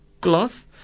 cloth